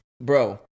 Bro